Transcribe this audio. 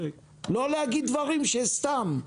לא להגיד דברים סתם.